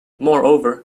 moreover